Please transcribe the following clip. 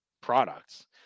products